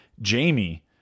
Jamie